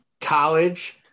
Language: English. college